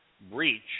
breach